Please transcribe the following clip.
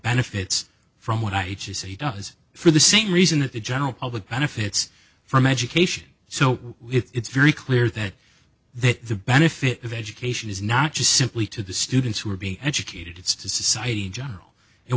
benefits from what i say does for the same reason that the general public benefits from education so it's very clear that that the benefit of education is not just simply to the students who are being educated it's to society in general